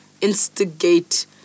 instigate